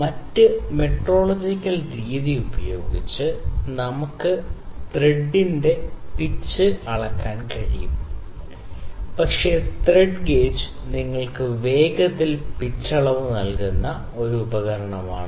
മറ്റ് മെട്രോളജിക്കൽ രീതി ഉപയോഗിച്ച് നമുക്ക് ത്രെഡിന്റെ പിച്ച് അളക്കാൻ കഴിയും പക്ഷേ ത്രെഡ് ഗേജ് നിങ്ങൾക്ക് വേഗത്തിൽ പിച്ച് അളവ് നൽകുന്ന ഒരു ഉപകരണമാണ്